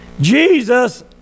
Jesus